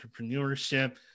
entrepreneurship